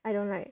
I don't like